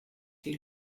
had